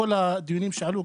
בכל הדיונים שעלו,